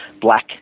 black